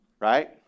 Right